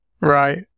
Right